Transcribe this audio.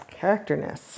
Characterness